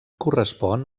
correspon